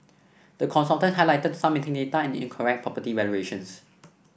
the consultants highlighted some missing data and incorrect property valuations